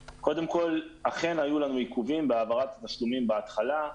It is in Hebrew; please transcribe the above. היו לנו עיכובים בהעברת התשלומים בהתחלה.